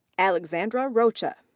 alexandra roche. ah